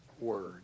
word